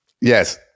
Yes